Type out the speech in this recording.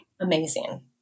amazing